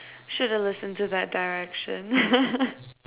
should have listened to that direction